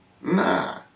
Nah